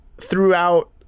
throughout